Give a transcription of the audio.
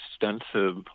extensive